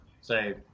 say